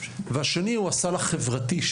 והשני הוא הסל החברתי,